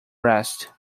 rest